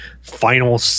final